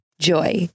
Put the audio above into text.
Joy